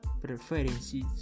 preferences